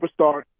superstar